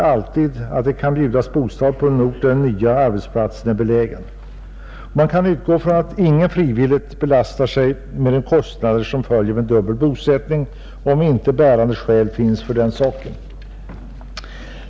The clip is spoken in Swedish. De kan inte alltid erhålla bostad på den ort där den nya arbetsplatsen är belägen. Man kan utgå från att ingen frivilligt belastar sig med de kostnader som följer av dubbel bosättning, om inte bärande skäl finns för detta.